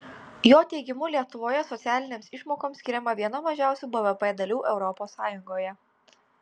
jo teigimu lietuvoje socialinėms išmokoms skiriama viena mažiausių bvp dalių europos sąjungoje